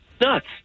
nuts